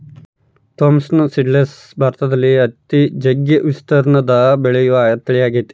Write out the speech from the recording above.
Thompson seedless ಭಾರತದಲ್ಲಿ ಅತಿ ಜಗ್ಗಿ ವಿಸ್ತೀರ್ಣದಗ ಬೆಳೆಯುವ ತಳಿಯಾಗೆತೆ